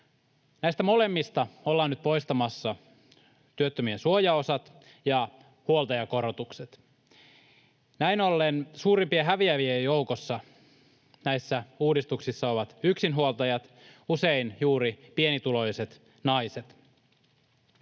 Näistä molemmista ollaan nyt poistamassa työttömien suojaosat ja huoltajakorotukset. Näin ollen suurimpien häviäjien joukossa näissä uudistuksissa ovat yksinhuoltajat, usein juuri pienituloiset naiset.